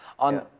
On